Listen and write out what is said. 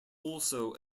also